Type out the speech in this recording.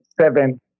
seven